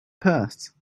purse